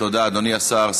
מה עם החובות?